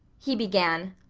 he began.